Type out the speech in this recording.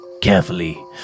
carefully